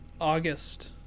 August